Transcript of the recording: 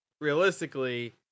realistically